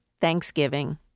Thanksgiving